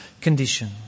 condition